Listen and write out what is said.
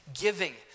giving